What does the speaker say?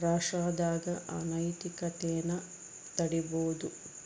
ರಾಷ್ಟ್ರದಾಗ ಅನೈತಿಕತೆನ ತಡೀಬೋದು